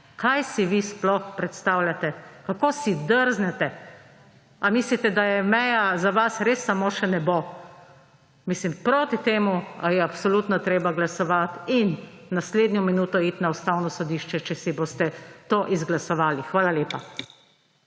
kaj si vi sploh predstavljate, kako si drznete. Ali mislite, da je meja za vas res samo še nebo? Proti temu je absolutno treba glasovati in naslednjo minuto iti na Ustavno sodišče, če si boste to izglasovali. Hvala lepa.